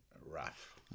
rough